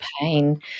pain